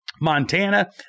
Montana